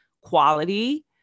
quality